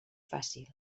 fàcil